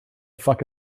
fuck